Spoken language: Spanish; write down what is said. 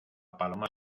paloma